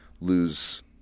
lose